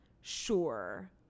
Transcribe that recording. sure